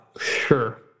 sure